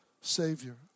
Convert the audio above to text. Savior